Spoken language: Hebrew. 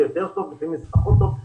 טוב, לפעמים זה פחות טוב.